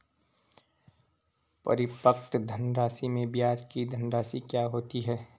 परिपक्व धनराशि में ब्याज की धनराशि क्या होती है?